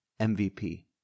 MVP